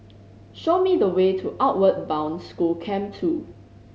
show me the way to Outward Bound School Camp Two